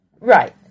right